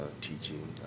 teaching